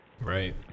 Right